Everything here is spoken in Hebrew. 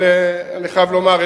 אבל אני חייב לומר,